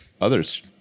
others